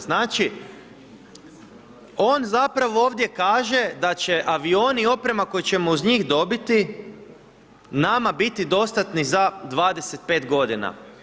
Znači, on zapravo ovdje kaže da će avioni i oprema koje ćemo uz njih dobiti nama biti dostatni za 25 godina.